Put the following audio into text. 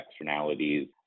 externalities